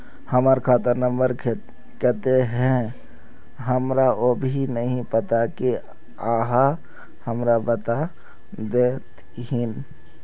हमर खाता नम्बर केते है हमरा वो भी नहीं पता की आहाँ हमरा बता देतहिन?